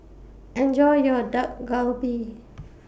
Enjoy your Dak Galbi